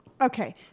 Okay